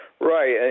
Right